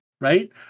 right